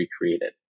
recreated